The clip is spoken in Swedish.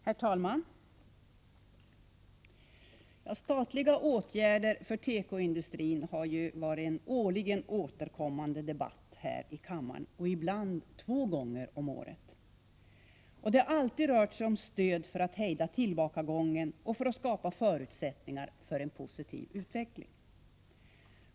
Herr talman! Statliga åtgärder för tekoindustrin har årligen debatterats här i kammaren, ibland två gånger om året. Det har alltid rört sig om stöd för att hejda tillbakagången och för att skapa förutsättningar för en positiv utveckling.